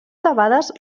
debades